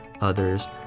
others